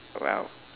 well